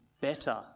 better